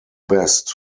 best